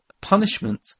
punishment